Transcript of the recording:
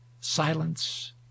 silence